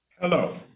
Hello